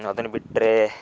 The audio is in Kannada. ಅದನ್ನ ಬಿಟ್ಟರೆ